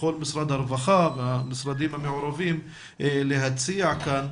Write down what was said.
משרד הרווחה והמשרדים המעורבים להציע כאן.